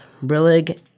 brillig